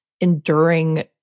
enduring